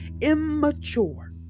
Immature